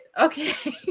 Okay